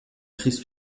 crise